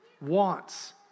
wants